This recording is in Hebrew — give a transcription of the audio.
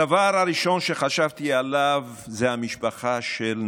הדבר הראשון שחשבתי עליו זה המשפחה של נאור,